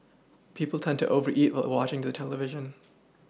people tend to over eat a watching the television